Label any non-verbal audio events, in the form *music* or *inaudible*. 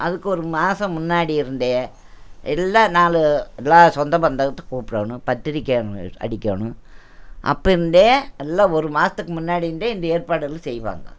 அதுக்கு ஒரு மாதம் முன்னாடி இருந்தே எல்லா நாள் எல்லா சொந்தபந்தத்தைக் கூப்பிடணும் பத்திரிக்கை *unintelligible* அடிக்கணும் அப்போ இருந்தே எல்லா ஒரு மாதத்துக்கு முன்னாடி இருந்தே இந்த ஏற்பாடுலாம் செய்வாங்க